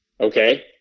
Okay